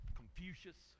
confucius